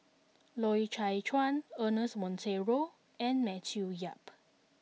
Loy Chye Chuan Ernest Monteiro and Matthew Yap